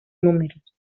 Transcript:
números